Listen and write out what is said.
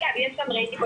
אמר את זה אילן מעולה,